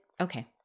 Okay